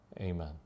Amen